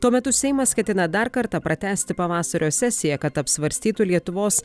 tuo metu seimas ketina dar kartą pratęsti pavasario sesiją kad apsvarstytų lietuvos